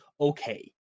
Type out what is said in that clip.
okay